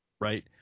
right